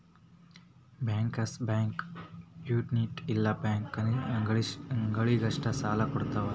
bankers bank community ಇಲ್ಲ ಬ್ಯಾಂಕ ಗಳಿಗಷ್ಟ ಸಾಲಾ ಕೊಡ್ತಾವ